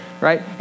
right